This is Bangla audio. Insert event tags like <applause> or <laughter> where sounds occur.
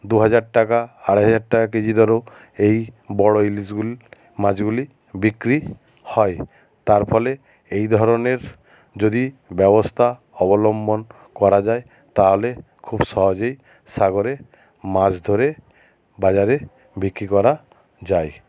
দুহাজার টাকা আড়াই হাজার টাকা কেজি দরেও এই বড়ো ইলিশ <unintelligible> মাছগুলি বিক্রি হয় তার ফলে এই ধরণের যদি ব্যবস্থা অবলম্বন করা যায় তা হলে খুব সহজেই সাগরে মাছ ধরে বাজারে বিক্রি করা যায়